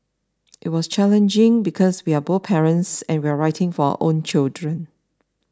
it was challenging because we are both parents and we're writing for our own children